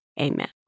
Amen